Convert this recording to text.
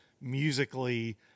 musically